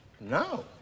No